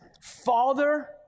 Father